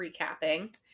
recapping